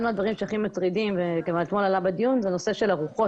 אחד מהדברים שהכי מטרידים וגם אתמול עלה בדיון זה נושא של הרוחות.